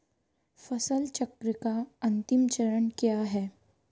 फसल चक्र का अंतिम चरण क्या है?